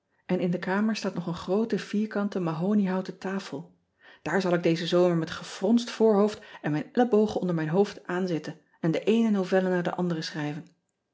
n in de kamer staat nog een groote vierkante mahoniehouten tafel aar zal ik dezen zomer met gefronst voorhoofd en mijn elleboogen onder mijn hoofd aan zitten en de eene novelle na de andere schrijven